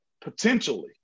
potentially